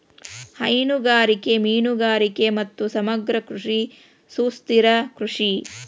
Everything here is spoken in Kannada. ಹೈನುಗಾರಿಕೆ, ಮೇನುಗಾರಿಗೆ ಮತ್ತು ಸಮಗ್ರ ಕೃಷಿ ಸುಸ್ಥಿರ ಕೃಷಿ